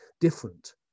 different